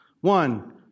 one